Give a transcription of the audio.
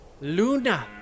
Luna